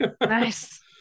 Nice